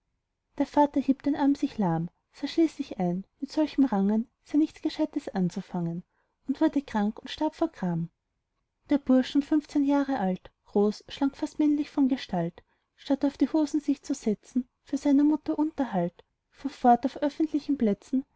der vater hieb den arm sich lahm sah schließlich ein mit solchem rangen sei nichts gescheites anzufangen und wurde krank und starb vor gram der bursch nun fünfzehn jahr schon alt groß schlank fast männlich von gestalt statt auf die hosen sich zu setzen für seiner mutter unterhalt fuhr fort auf öffentlichen plätzen